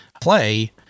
play